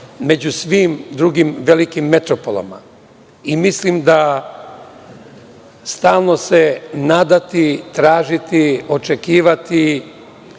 među svim drugim velikim metropolama. Mislim da stalno se nadati, tražiti, očekivati